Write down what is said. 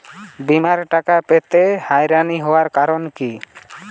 বিমার টাকা পেতে হয়রানি হওয়ার কারণ কি?